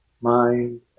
mind